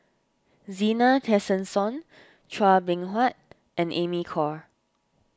Zena Tessensohn Chua Beng Huat and Amy Khor